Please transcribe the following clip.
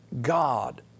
God